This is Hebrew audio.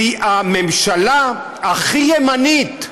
הממשלה הכי ימנית,